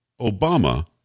Obama